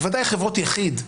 בוודאי חברות יחיד,